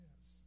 Yes